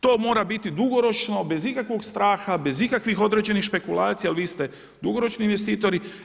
To mora biti dugoročno bez ikakvog straha, bez ikakvih određenih špekulacija jel vi ste dugoročni investitori.